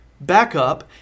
backup